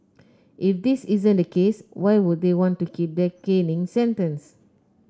if this isn't the case why would they want to keep their caning sentence